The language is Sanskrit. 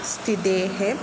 स्थितेः